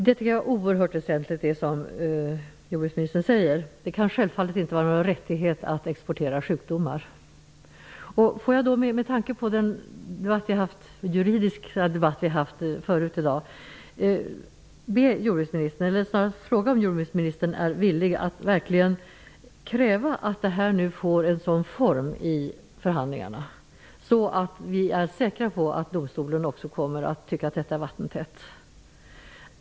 Herr talman! Det som jordbruksministern här säger är oerhört viktigt -- det kan självfallet inte vara någon rättighet att exportera sjukdomar. Får jag med tanke på den juridiska debatt som vi hade tidigare i dag fråga jordbruksministern om han verkligen är villig att kräva att detta nu får en sådan form i förhandlingarna, att vi kan vara säkra på att domstolen kommer att anse att detta är vattentätt.